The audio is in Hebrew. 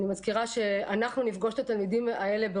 אני מזכירה שאנחנו נפגוש את התלמידים האלה,